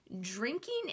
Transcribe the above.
drinking